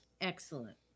Excellent